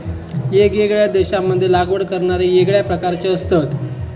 येगयेगळ्या देशांमध्ये लागवड करणारे येगळ्या प्रकारचे असतत